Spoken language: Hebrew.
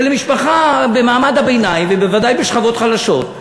ולמשפחה במעמד הביניים, ובוודאי בשכבות החלשות,